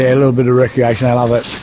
a little bit of recreation, they love it. a